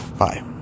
Bye